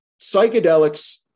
Psychedelics